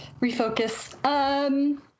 refocus